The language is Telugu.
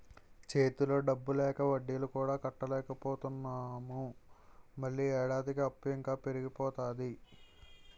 చేతిలో డబ్బు లేక వడ్డీలు కూడా కట్టలేకపోతున్నాము మళ్ళీ ఏడాదికి అప్పు ఇంకా పెరిగిపోతాది